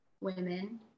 women